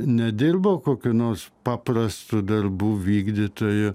nedirbau kokių nors paprastų darbų vykdytoju